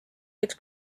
võiks